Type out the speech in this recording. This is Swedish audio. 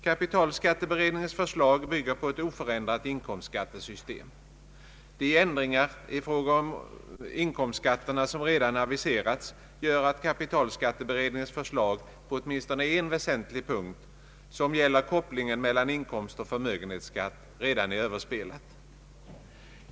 Kapitalskatteberedningens förslag bygger på ett oförändrat inkomstskattesystem. De ändringar i fråga om inkomstskatterna som redan aviserats gör att kapitalskatteberedningens förslag på åtminstone en väsentlig punkt, som gäller kopplingen mellan inkomstoch förmögenhetsskatt, redan är överspelat.